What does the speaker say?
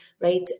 right